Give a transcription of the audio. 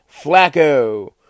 Flacco